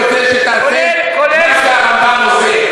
אני רוצה שתעשה מה שהרמב"ם עושה.